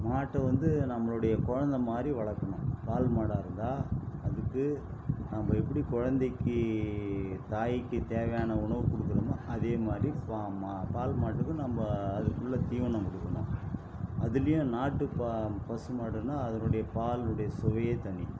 மாட்டை வந்து நம்மளுடைய குழந்த மாதிரி வளர்க்குணும் பால் மாடாக இருந்தால் அதுக்கு நம்ப எப்படி குழந்தைக்கி தாய்க்கு தேவையான உணவு கொடுக்குறமோ அதே மாதிரி பால் மாட்டுக்கு நம்ப அதுக்குள்ளே தீவனம் கொடுக்குணும் அதிலையும் நாட்டு ப பசு மாடுன்னால் அதனுடைய பால்னுடைய சுவையே தனி